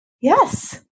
Yes